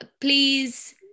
Please